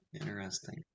interesting